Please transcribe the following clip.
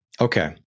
Okay